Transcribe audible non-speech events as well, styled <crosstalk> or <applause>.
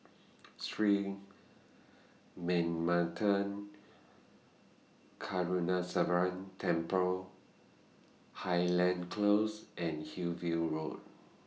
<noise> Sri Manmatha Karuneshvarar Temple Highland Close and Hillview Road